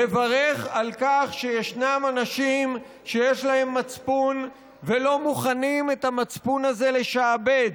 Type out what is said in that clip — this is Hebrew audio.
לברך על כך שיש אנשים שיש להם מצפון ולא מוכנים את המצפון הזה לשעבד,